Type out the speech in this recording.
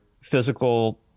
physical